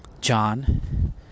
John